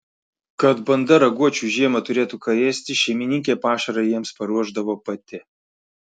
kad banda raguočių žiemą turėtų ką ėsti šeimininkė pašarą jiems paruošdavo pati